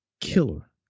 killer